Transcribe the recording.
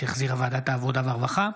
שהחזירה ועדת העבודה והרווחה,